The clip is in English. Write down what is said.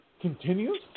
continues